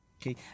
okay